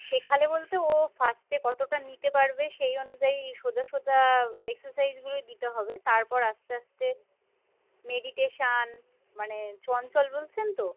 শেখালে বলতে ও ফার্স্টে কতটা নিতে পারবে সেই অনুযায়ী সোজা সোজা এক্সারসাইজগুলোই দিতে হবে তারপর আস্তে আস্তে মেডিটেশন মানে চঞ্চল বলছেন তো